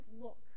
look